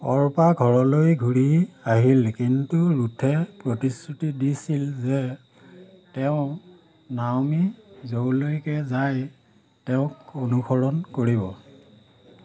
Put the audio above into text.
অৰ্পা ঘৰলৈ ঘূৰি আহিল কিন্তু ৰুথে প্ৰতিশ্ৰুতি দিছিল যে তেওঁ নাওমী য'লৈকে যায় তেওঁক অনুসৰণ কৰিব